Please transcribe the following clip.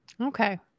Okay